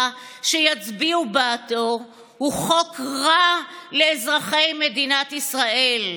להצביע בעדו הוא חוק רע לאזרחי מדינת ישראל.